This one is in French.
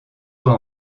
fois